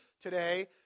today